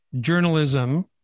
journalism